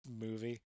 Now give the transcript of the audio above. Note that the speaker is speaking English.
movie